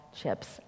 chips